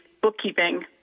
bookkeeping